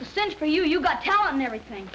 to send for you you got talent everything